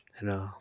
र